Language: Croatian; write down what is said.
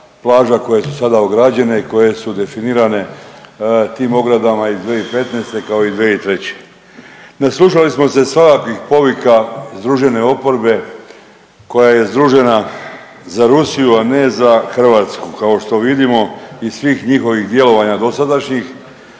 plaža koje su sada ograđene i koje su definirane tim ogradama iz 2015., kao i 2003. Naslušali smo se svakakvih povika združene oporbe koja je združena za Rusiju, a ne za Hrvatsku, kao što vidimo iz svih njihovih djelovanja dosadašnjih,